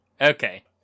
okay